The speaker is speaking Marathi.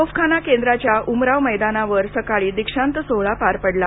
तोफखाना केंद्राच्या उमराव मैदानावर सकाळी दीक्षांत सोहळा पार पडला